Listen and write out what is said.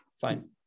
Fine